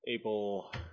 able